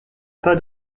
pas